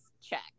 Check